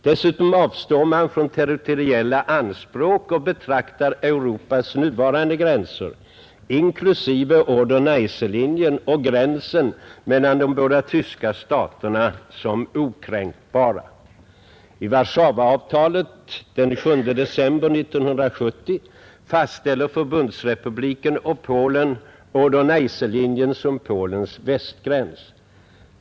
Dessutom avstår man från territoriella anspråk och betraktar Europas nuvarande gränser, inklusive Oder-Neisselinjen och gränsen mellan de båda tyska staterna, som okränkbara. I Warszawaavtalet den 7 december 1970 fastställer Förbundsrepubliken och Polen Oder-Neisselinjen som Polens västgräns.